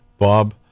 bob